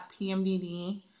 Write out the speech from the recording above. PMDD